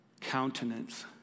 countenance